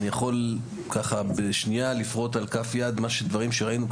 אני יכול ככה בשנייה לפרוט על כף יד את שדברים שראינו.